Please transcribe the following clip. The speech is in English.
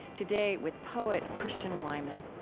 today, with poet christian wiman.